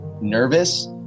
nervous